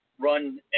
run